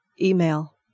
Email